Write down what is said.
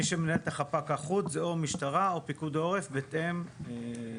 מי שמנהל את החפ"ק אחוד זה או משטרה או פיקוד העורף בהתאם לאירוע.